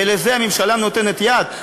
לזה הממשלה נותנת יד?